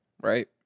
right